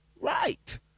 right